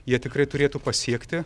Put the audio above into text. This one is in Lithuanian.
jie tikrai turėtų pasiekti